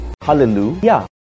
Hallelujah